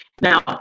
Now